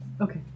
Okay